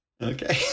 Okay